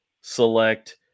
select